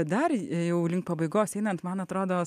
dar jau link pabaigos einant man atrodo